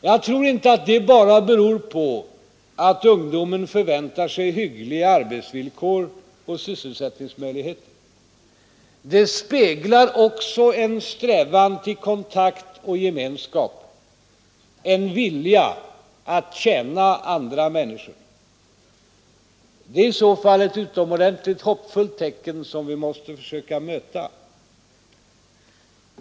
Jag tror inte det enbart beror på att ungdomen förväntar sig hyggliga arbetsvillkor och sysselsättningsmöjligheter. Det speglar också en strävan till kontakt och gemenskap, en vilja att tjäna andra människor. Det är i så fall ett utomordentligt hoppfullt tecken, som vi måste försöka möta.